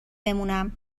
بمونم